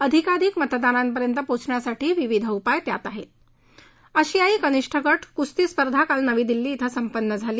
अधिकाधिक मतदारांपर्यंत पोचण्यासाठी विविध उपाय त्यात आहृत्त आशियाई कनिष्ठ गट कुस्ती स्पर्धा काल नवी दिल्ली धिं संपन्न झाली